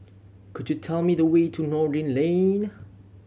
could you tell me the way to Noordin Lane